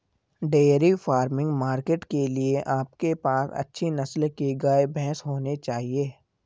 dairy farming market के लिए आपके पास अच्छी नस्ल के गाय, भैंस होने चाहिए